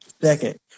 second